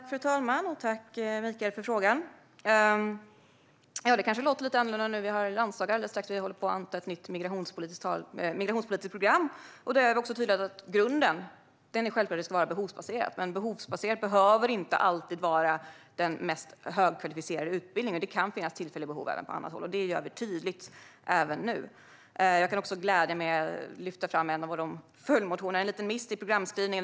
Fru talman! Tack för frågorna, Mikael! Det kanske låter lite annorlunda nu. Vi ska strax ha landsdagar och håller på att anta ett nytt migrationspolitiskt program. I det är det tydligt att grunden är att arbetskraftsinvandring ska vara behovsbaserad. Men behovsbaserad behöver inte alltid innebära den mest högkvalificerade utbildningen. Det kan finnas tillfälliga behov även på andra håll. Det gör vi tydligt, även nu. Jag kan också glädja er med att lyfta fram en av följdmotionerna, där det blivit en liten miss i programskrivningen.